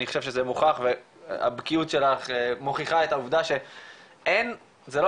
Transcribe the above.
אני חושב שזה מוכח והבקיאות שלך מוכיחה את העובדה אין זה לא